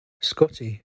Scotty